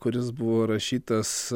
kuris buvo rašytas